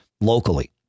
locally